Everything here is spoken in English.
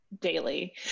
Daily